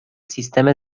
سیستم